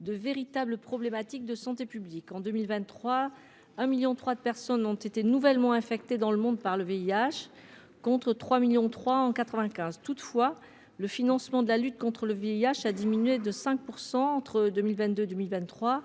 de véritables problèmes de santé publique ; en 2023, 1,3 million de personnes ont été nouvellement infectées dans le monde par le VIH, contre 3,3 millions en 1995. Pour autant, le financement de la lutte contre le VIH a diminué de 5 % entre 2022 et 2023,